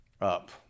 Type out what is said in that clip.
Up